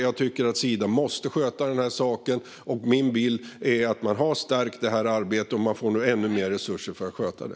Jag tycker att Sida måste sköta den saken. Min bild är att man har stärkt det arbetet, och man får nu ännu mer resurser för att sköta det.